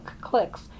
clicks